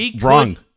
Wrong